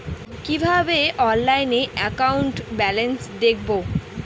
কিভাবে অনলাইনে account balance দেখবো?